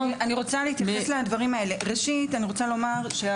אני דורית, חברה בנציגות מורי האולפנים.